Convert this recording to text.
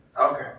Okay